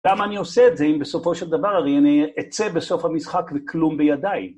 למה אני עושה את זה אם בסופו של דבר הרי אני אצא בסוף המשחק ו כלום בידיי?